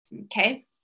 Okay